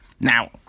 Now